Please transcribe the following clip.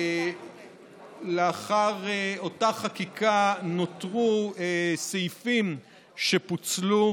לאחר אותה חקיקה נותרו סעיפים שפוצלו